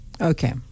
Okay